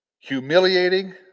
Humiliating